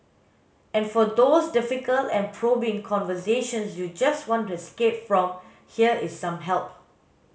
and for those difficult and probing conversations you just want to escape from here is some help